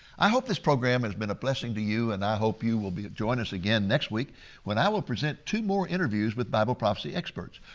i hope this program has been a blessing to you. and i hope you will join us again next week when i will present two more interviews with bible prophecy experts.